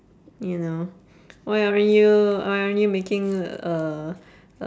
you know why are you why aren't you making uh uh